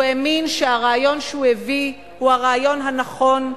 והוא האמין שהרעיון שהוא הביא הוא הרעיון הנכון,